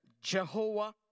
Jehovah